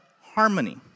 harmony